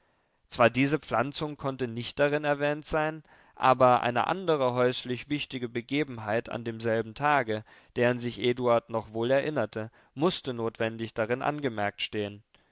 zwar diese pflanzung konnte nicht darin erwähnt sein aber eine andre häuslich wichtige begebenheit an demselben tage deren sich eduard noch wohl erinnerte mußte notwendig darin angemerkt stehen